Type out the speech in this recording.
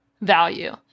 value